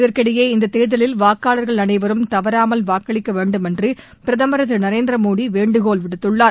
இதற்கிடையே இந்த தேர்தலில் வாக்காளர்கள் அனைவரும் தவறாமல் வாக்களிக்க வேண்டுமென்று பிரதமர் திரு நரேந்திரமோடி வேண்டுகோள் விடுத்துள்ளார்